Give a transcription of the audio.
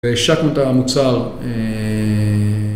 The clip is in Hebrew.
והשקנו את המוצר.